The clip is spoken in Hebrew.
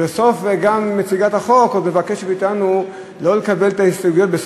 ובסוף גם נציגת החוק עוד מבקשת מאתנו לא לקבל את ההסתייגויות,